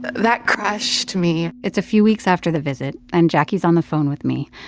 but that crushed me it's a few weeks after the visit, and jacquie's on the phone with me.